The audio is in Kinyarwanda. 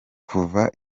kuva